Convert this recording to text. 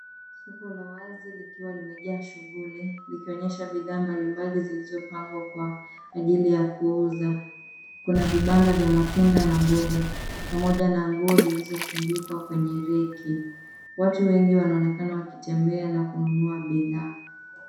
Soko la wazi likiwa limejaa shughuli likionyesha bidhaa mbalimbali zilizopangwa kwa ajili ya kuuza. Kuna vibanda vya matunda na mboga pamoja na nguo zilizotundikwa kwenye reki. Watu wengi wanaonekana wakitembea na kununua bidhaa.